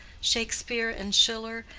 shakespeare and schiller,